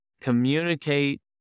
communicate